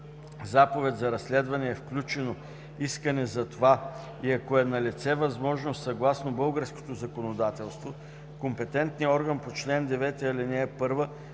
заповед за разследване е включено искане за това и ако е налице възможност съгласно българското законодателство, компетентният орган по чл. 9, ал. 1